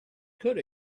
could